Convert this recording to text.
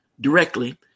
directly